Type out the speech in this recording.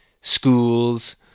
schools